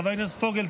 חבר הכנסת פוגל,